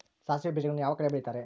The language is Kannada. ಸಾಸಿವೆ ಬೇಜಗಳನ್ನ ಯಾವ ಕಡೆ ಬೆಳಿತಾರೆ?